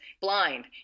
blind